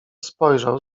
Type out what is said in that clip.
spojrzał